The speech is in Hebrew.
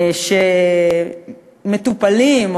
שמטופלים,